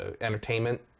entertainment